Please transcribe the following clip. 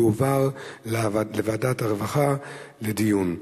תועברנה לוועדת העבודה והרווחה לדיון.